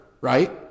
right